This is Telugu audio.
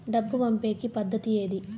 డబ్బు పంపేకి పద్దతి ఏది